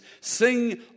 Sing